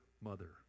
mother